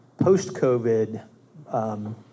post-COVID